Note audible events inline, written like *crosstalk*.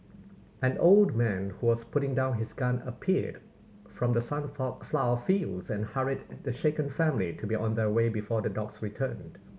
an old man who was putting down his gun appeared from the sun *unintelligible* flower fields and hurried the shaken family to be on their way before the dogs return